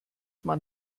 man